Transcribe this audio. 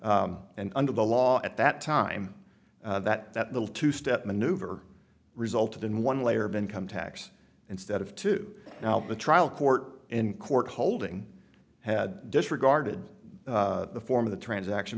party and under the law at that time that that little two step maneuver resulted in one layer been come tax instead of two now the trial court in court holding had disregarded the form of the transaction